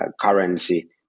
currency